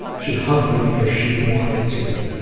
she hugged me because she wanted to.